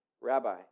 Rabbi